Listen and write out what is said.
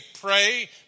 pray